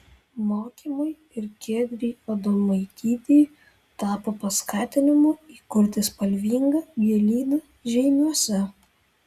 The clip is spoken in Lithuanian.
mokymai ir giedrei adomaitytei tapo paskatinimu įkurti spalvingą gėlyną žeimiuose